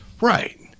right